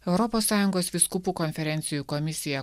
europos sąjungos vyskupų konferencijų komisija